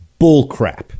bullcrap